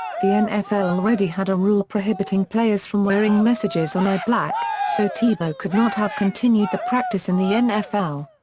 the nfl already had a rule prohibiting players from wearing messages on eye black, so tebow could not have continued the practice in the nfl.